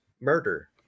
murder